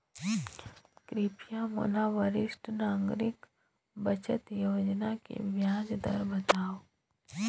कृपया मोला वरिष्ठ नागरिक बचत योजना के ब्याज दर बतावव